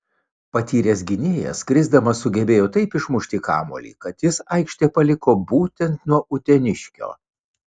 patyręs gynėjas krisdamas sugebėjo taip išmušti kamuolį kad jis aikštę paliko būtent nuo uteniškio